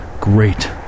great